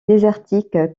désertique